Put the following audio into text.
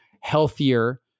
healthier